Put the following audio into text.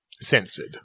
censored